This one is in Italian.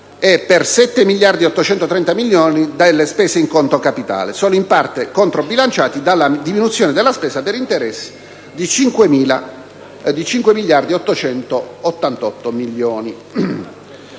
e per 7.830 milioni delle spese in conto capitale, solo in parte controbilanciati dalla diminuzione della spesa per interessi di 5.888 milioni.